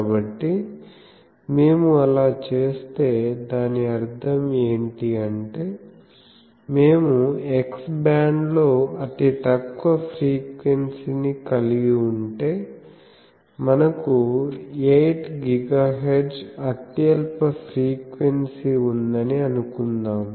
కాబట్టి మేము అలా చేస్తే దాని అర్థం ఏంటి అంటే మేము X బ్యాండ్ లో అతి తక్కువ ఫ్రీక్వెన్సీ ని కలిగి ఉంటే మనకు 8 గిగాహెర్ట్జ్ అత్యల్ప ఫ్రీక్వెన్సీ ఉందని అనుకుందాం